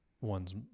one's